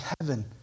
heaven